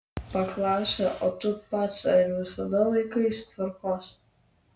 paklausę o tu pats ar visada laikaisi tvarkos